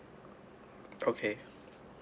okay